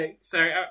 Sorry